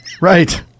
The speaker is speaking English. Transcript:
right